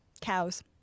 Cows